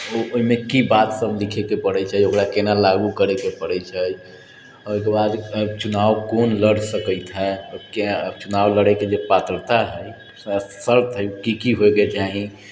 ओहिमे की बात सभके लिखएके पड़ैत छै ओकरा केना लागू करैके पड़ैत छै ओहिके बाद चुनाव कोन लड़ि सकैत है चुनाव लड़ैके जे पात्रता हइ शर्त हइ की की होएके चाही